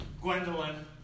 Gwendolyn